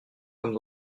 comme